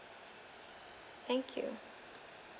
thank you